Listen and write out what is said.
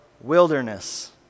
wilderness